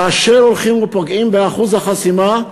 כאשר הולכים ופוגעים באחוז החסימה,